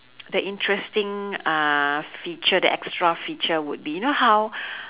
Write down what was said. the interesting uh feature the extra feature would be you know how